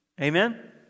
Amen